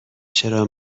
چرا